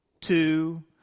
two